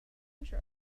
intro